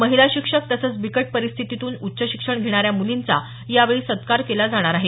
महिला शिक्षक तसंच बिकट परिस्थितीतून उच्चशिक्षण घेणाऱ्या मूलींचा यावेळी सत्कार केला जाणार आहे